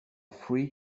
free